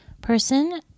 person